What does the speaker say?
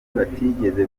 batigeze